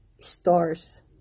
stores